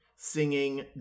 Singing